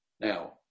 Now